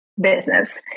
business